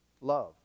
Love